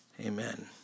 Amen